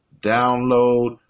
Download